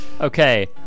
Okay